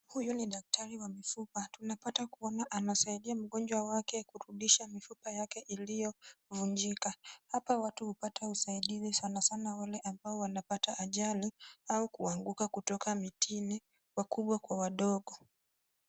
Huyu ni daktari wa mifupa. Tunapata kuona anasaidia mgonjwa wake kurudisha mifupa yake iliovunjika. Hapa watu hupata usaidizi sana sana wale ambao wanapata ajali au kuanguka kutoka mitini wakubwa kwa wadogo.